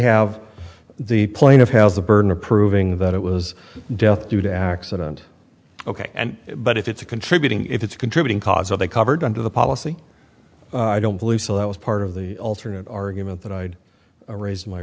have the plaintiff has the burden of proving that it was death due to accident ok and but if it's a contributing if it's contributing causes they covered under the policy i don't believe so that was part of the alternate argument that i'd raised my